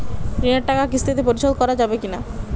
ঋণের টাকা কিস্তিতে পরিশোধ করা যাবে কি না?